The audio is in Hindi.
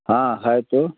हाँ है तो